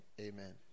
Amen